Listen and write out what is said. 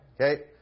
okay